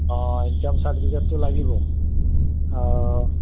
অঁ ইনকাম চাৰ্টিফিকেটটো লাগিব